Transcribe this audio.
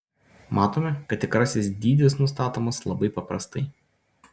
matome kad tikrasis dydis nustatomas labai paprastai